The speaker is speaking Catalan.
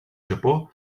japó